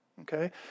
okay